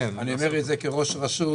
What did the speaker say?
אני אומר את זה כראש רשות,